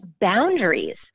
boundaries